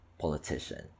politician